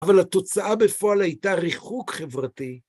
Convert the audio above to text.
אבל התוצאה בפועל הייתה ריחוק חברתי.